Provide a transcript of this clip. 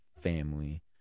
family